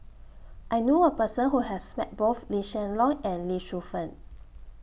I knew A Person Who has Met Both Lee Hsien Loong and Lee Shu Fen